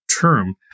term